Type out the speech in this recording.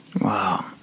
Wow